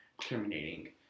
terminating